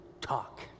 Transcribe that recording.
talk